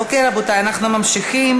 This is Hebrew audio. אוקיי, רבותי, אנחנו ממשיכים: